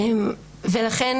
לכן,